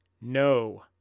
no